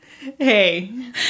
Hey